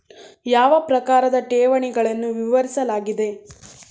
ಯಾವ ಪ್ರಕಾರದ ಠೇವಣಿಗಳನ್ನು ವಿವರಿಸಲಾಗಿದೆ?